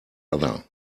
other